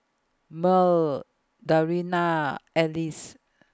Mearl Dariana Alice